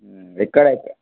ఎక్కడ అయితే